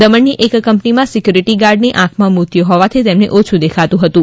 દમણની એક કંપનીમાં સિક્યુરિટી ગાર્ડની આઁખમાં મોતિયો હોવાથી એમને ઓછું દેખાતું હતું